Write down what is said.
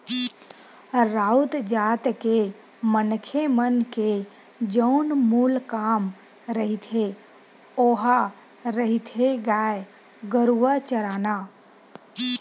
राउत जात के मनखे मन के जउन मूल काम रहिथे ओहा रहिथे गाय गरुवा चराना